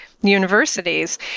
universities